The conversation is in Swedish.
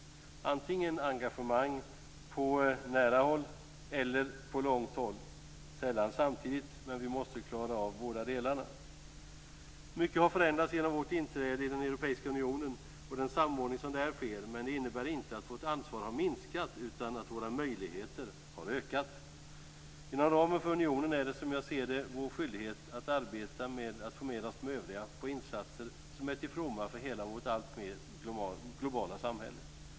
Antingen engagemang på nära håll eller på långt håll, sällan samtidigt. Men vi måste klara av båda delarna. Mycket har förändrats genom vårt inträde i den europeiska unionen och den samordning som där sker, men det innebär inte att vårt ansvar har minskat utan att våra möjligheter har ökat. Inom ramen för unionen är det, som jag ser det, vår skyldighet att arbeta med att få med de övriga länderna på insatser som är till fromma för hela vårt alltmer globala samhälle.